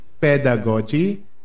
pedagogy